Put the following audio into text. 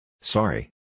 Sorry